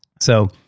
So-